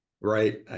right